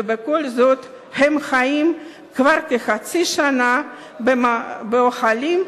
ובכל זאת הם חיים כבר כחצי שנה באוהלים,